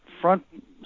front